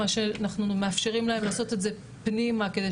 אנחנו מאפשרים להם לעשות את זה פנימה כדי